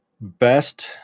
best